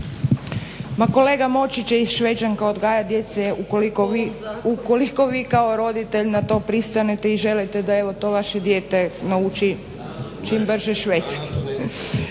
Pa kolega moći će i Šveđanka odgajati djecu ukoliko vi kao roditelj na to pristanete i želite da evo to vaše dijete nauči čim brže švedski.